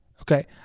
okay